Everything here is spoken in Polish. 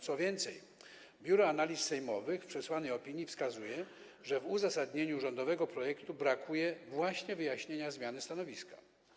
Co więcej, Biuro Analiz Sejmowych w przesłanej opinii wskazuje, że w uzasadnieniu rządowego projektu brakuje właśnie wyjaśnienia zmiany stanowiska.